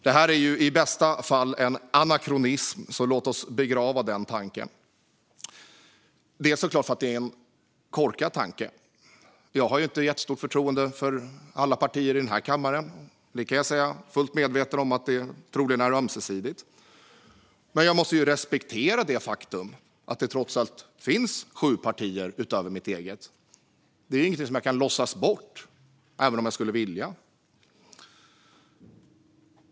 Det här är i bästa fall en anakronism. Låt oss därför begrava den tanken. Det ska vi göra, dels för att det såklart är en korkad tanke. Jag har inte ett jättestort förtroende för alla partier i den här kammaren. Det kan jag säga, fullt medveten om att det troligen är ömsesidigt. Men jag måste ju respektera det faktum att det trots allt finns sju partier utöver mitt eget. Det är ingenting jag kan låtsas bort, även om jag skulle vilja.